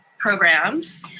programs.